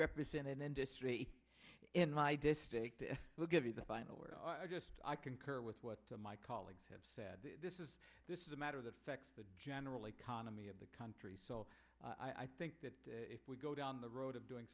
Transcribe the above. represent an industry in my district that will give you the final word just i concur with what my colleagues have said this is this is a matter that affects the general economy of the country so i think that if we go down the road of doing